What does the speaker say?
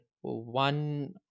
one